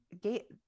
gate